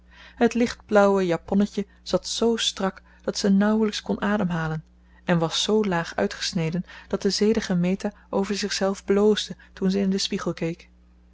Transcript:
het lichtblauwe japonnetje zat zoo strak dat ze nauwelijks kon ademhalen en was zoo laag uitgesneden dat de zedige meta over zichzelf bloosde toen ze in den spiegel keek